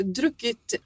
druckit